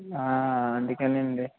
అందుకే అండి